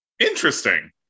Interesting